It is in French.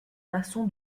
maçon